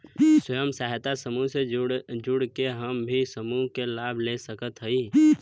स्वयं सहायता समूह से जुड़ के हम भी समूह क लाभ ले सकत हई?